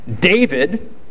David